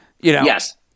Yes